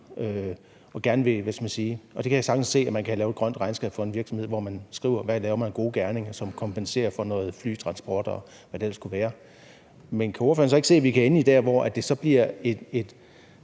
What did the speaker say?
betaler et bidrag ind, og jeg kan sagtens se, at man kan lave et grønt regnskab for en virksomhed, hvor man skriver, hvad man laver af gode gerninger, som kompenserer for noget flytransport, og hvad det ellers kunne være. Men kan ordføreren så ikke se, at vi kan ende der, hvor det så bliver